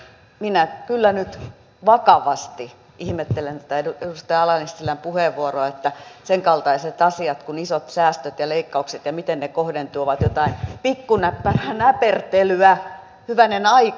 minä kyllä nyt vakavasti ihmettelen tätä edustaja ala nissilän puheenvuoroa että sen kaltaiset asiat kuin isot säästöt ja leikkaukset ja se miten ne kohdentuvat ovat jotain pikkunäppärää näpertelyä hyvänen aika